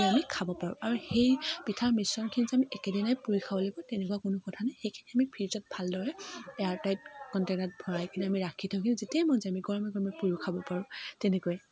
আমি খাব পাৰোঁ আৰু সেই পিঠাৰ মিশ্ৰণখিনি যে আমি একেদিনাই পুৰি খাব লাগিব তেনেকুৱা কোনো কথা নাই সেইখিনি আমি ফ্ৰীজত ভালদৰে এয়াৰ টাইট কনটেনাৰত ভৰাই কিনে আমি ৰাখি থৈ দিও যেতিয়াই মন যায় আমি গৰমে গৰমে পুৰিও খাব পাৰোঁ তেনেকৈ